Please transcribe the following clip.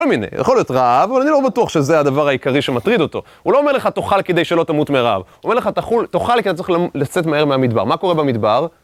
כל מיני, יכול להיות רעב, אבל אני לא בטוח שזה הדבר העיקרי שמטריד אותו הוא לא אומר לך תאכל כדי שלא תמות מרעב הוא אומר לך תאכל כי אתה צריך לצאת מהר מהמדבר, מה קורה במדבר?